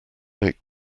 make